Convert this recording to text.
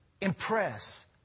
impress